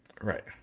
Right